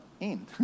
end